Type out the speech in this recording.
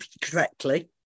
correctly